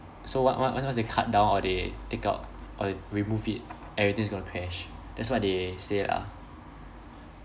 so one one once they cut down or they take out or they remove it everything's gonna crash that's what they say ah